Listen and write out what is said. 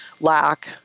lack